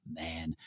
man